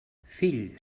fill